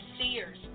seers